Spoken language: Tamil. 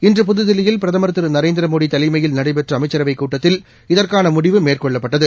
இன்று புதில்லியில் பிரதம் திரு நரேந்திரமோடி தலைமையில் நடைபெற்ற அமைச்சரவைக் கூட்டத்தில் இதற்கான முடிவு மேற்கொள்ளப்பட்டது